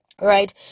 right